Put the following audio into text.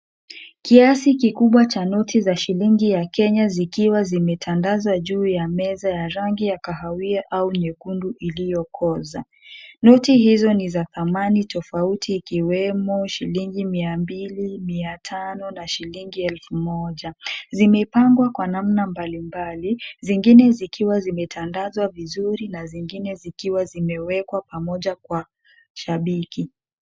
Kiasi kikubwa cha noti za shilingi ya Kenya zikiwa zimetandazwa juu ya meza ya rangi ya kahawia au nyekundu iliokooza. Noti hizo ni za thamani tofauti ikiwemo shilingi, mia mbili, mia tano, na shilingi elfu moja, zimepangwa kwa namna mbalimbali. Zingine zikiwa zimetandazwa vizuri na zingine zikiwa zimewekwa pamoja kwa shabiki.